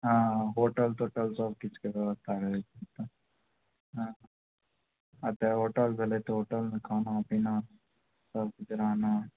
हँ hotel total सब किछुके व्यवस्था रहय छै एतय हँ अते होटल भेलय तऽ होटलमे खाना पीना सब किछु रहना